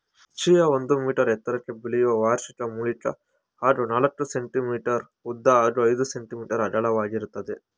chia ಒಂದು metre ಎತ್ತರಕ್ಕೆ ಬೆಳೆಯುವ ವಾರ್ಷಿಕ ಮೂಲಿಕೆ ಹಾಗೂ ನಾಲ್ಕು ಸೆ.ಮೀ ಉದ್ದ ಹಾಗೂ ಐದು ಸೆ.ಮೀ ಅಗಲವಾಗಿರ್ತದೆ